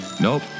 Nope